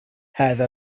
هذا